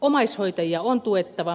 omaishoitajia on tuettava